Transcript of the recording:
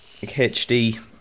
HD